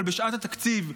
אבל בשעת התקציב,